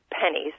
pennies